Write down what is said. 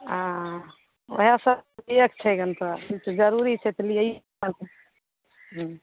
आँ ओएह सब एक छै गन तऽ जरूरी छै तऽ लियैए पड़तै हूँ